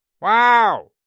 Wow